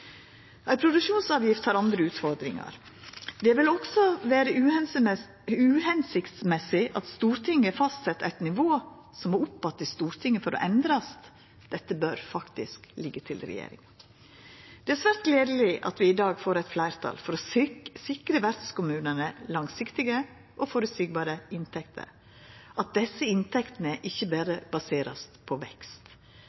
Ei produksjonsavgift har andre utfordringar. Det vil også vera uhensiktsmessig at Stortinget fastset eit nivå som må opp att i Stortinget for å verta endra. Dette bør faktisk liggja til regjeringa. Det er svært gledeleg at vi i dag får eit fleirtal for å sikra vertskommunane langsiktige og føreseielege inntekter, og at desse inntektene ikkje